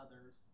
others